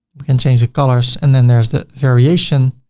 we can change the colors and then there's the variation.